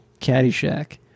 Caddyshack